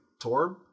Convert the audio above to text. Torb